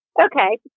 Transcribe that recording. Okay